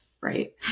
right